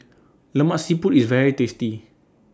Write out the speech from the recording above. Lemak Siput IS very tasty